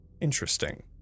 interesting